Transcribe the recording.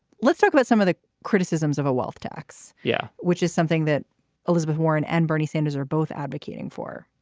let's talk about some of the criticisms of a wealth tax yeah which is something that elizabeth warren and bernie sanders are both advocating for.